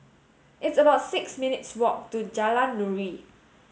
it's about six minutes' walk to Jalan Nuri